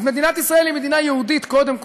אז מדינת ישראל היא מדינה יהודית קודם כול,